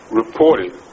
reported